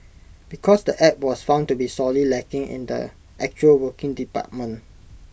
because the app was found to be sorely lacking in the actually working department